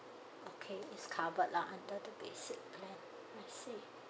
okay it's covered lah under the basic plan I see